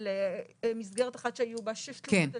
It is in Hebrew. על מסגרת אחת שהיו בה שש תלונות.